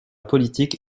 politique